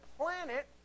planet